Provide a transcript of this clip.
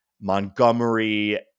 Montgomery